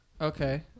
Okay